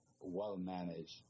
well-managed